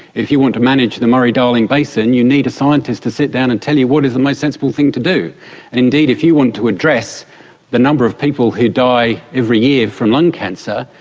if you want to manage the murray darling basin you need a scientist to sit down and tell you what is the most sensible thing to do. and indeed if you want to address the number of people who die every year from lung cancer,